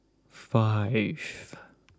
five